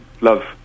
love